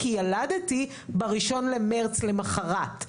כי ילדתי ב-1 במרץ למחרת.